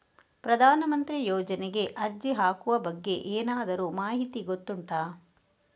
ಪ್ರಧಾನ ಮಂತ್ರಿ ಯೋಜನೆಗೆ ಅರ್ಜಿ ಹಾಕುವ ಬಗ್ಗೆ ಏನಾದರೂ ಮಾಹಿತಿ ಗೊತ್ತುಂಟ?